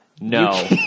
No